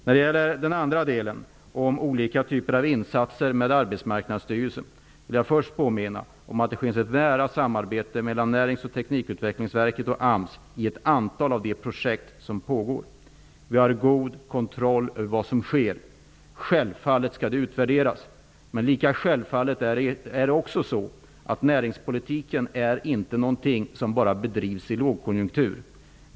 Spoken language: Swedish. När det gäller olika typer av insatser med medverkan av Arbetsmarknadsstyrelsen vill jag först påminna om att det finns ett nära samarbete mellan Närings och teknikutvecklingsverket och AMS i ett antal av de projekt som pågår. Vi har god kontroll över vad som sker. Självfallet skall det utvärderas, men det är lika självfallet att näringspolitiken inte bedrivs bara i lågkonjunktur.